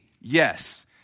yes